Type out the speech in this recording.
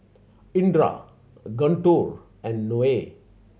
Indra Guntur and Noah